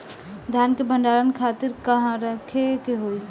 धान के भंडारन खातिर कहाँरखे के होई?